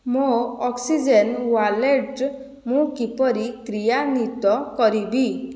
ମୋ oxygen wallet ମୁଁ କିପରି କ୍ରିୟାନ୍ଵିତ କରିବି